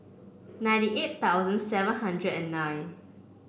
ninety eight thousand seven hundred and nine